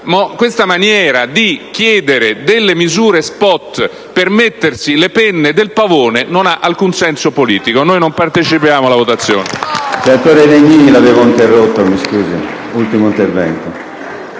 questa maniera di chiedere delle misure spot per mettersi le penne del pavone non ha alcun senso politico. Noi pertanto non partecipiamo alla votazione.